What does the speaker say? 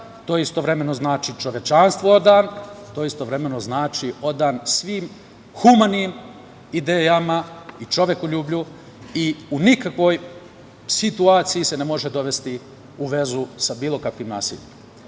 istovremeno znači čovečanstvu odan, istovremeno znači odan svim humanim idejama i čovekoljublju i u nikakvoj situaciji se ne može dovesti u vezu sa bilo kakvim nasiljem. Naravno